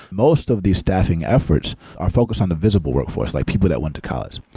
most of these staffing efforts are focused on the visible workforce, like people that went to college.